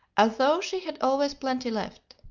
although she had always plenty left.